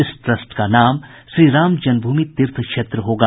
इस ट्रस्ट का नाम श्रीराम जन्मभूमि तीर्थ क्षेत्र होगा